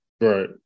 Right